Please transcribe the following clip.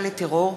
תודה.